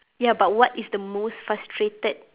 ya but what is the most frustrated